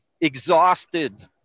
exhausted